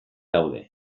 daude